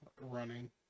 running